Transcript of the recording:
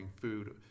food